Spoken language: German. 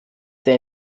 der